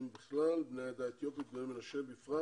בכלל בני העדה האתיופית ובני מנשה בפרט